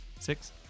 six